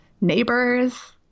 neighbors